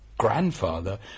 Grandfather